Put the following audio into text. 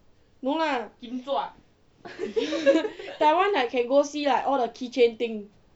no lah taiwan I can go see like all the keychain thing